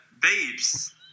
babes